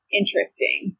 interesting